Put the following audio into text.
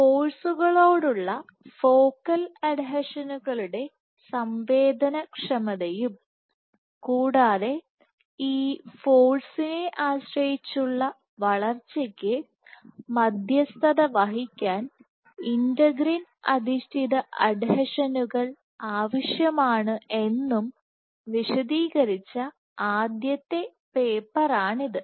ഫോഴ്സുകളോടുള്ള focal അഡ്ഹീഷനുകളുടെ സംവേദനക്ഷമതയും കൂടാതെ ഈ ഫോഴ്സിനെ ആശ്രയിച്ചുള്ള വളർച്ചയ്ക്ക് മധ്യസ്ഥത വഹിക്കാൻ ഇന്റഗ്രിൻ അധിഷ്ഠിത അഡ്ഹീഷനുകൾ ആവശ്യമാണ് എന്നും വിശദീകരിച്ച ആദ്യത്തെ പേപ്പറാണിത്